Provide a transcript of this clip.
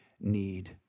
need